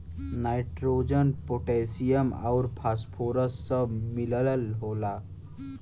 nitrogen potassium आउर phosphorus सब मिलल होला